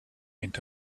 into